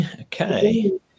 Okay